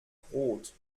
brot